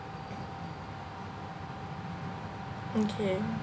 okay